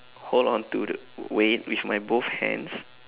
hold on to the w~ weight with my both hands